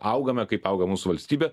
augame kaip auga mūsų valstybė